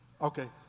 Okay